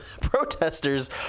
protesters